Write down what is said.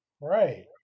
Right